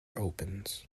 opens